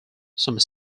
some